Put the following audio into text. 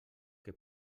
que